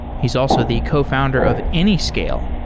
he's also the cofounder of anyscale,